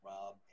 Rob